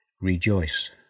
rejoice